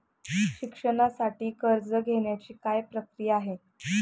शिक्षणासाठी कर्ज घेण्याची काय प्रक्रिया आहे?